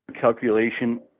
calculation